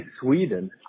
Sweden